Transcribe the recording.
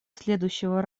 следующего